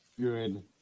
good